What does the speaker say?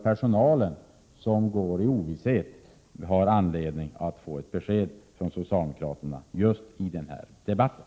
Personalen, som nu svävar i ovisshet, har rätt att få besked från socialdemokraterna just i den här debatten.